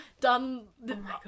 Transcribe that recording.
done